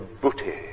booty